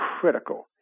critical